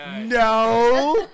No